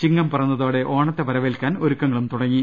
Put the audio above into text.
ചിങ്ങം പിറന്നതോൂടെ ഓണത്തെ വരവേൽക്കാൻ ഒരുക്കങ്ങളും തുടങ്ങി